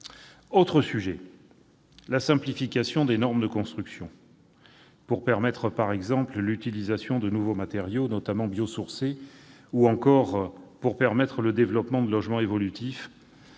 Autre sujet : la simplification des normes de construction pour permettre, par exemple, l'utilisation de nouveaux matériaux, notamment biosourcés, ou encore le développement de logements « évolutifs